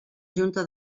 junta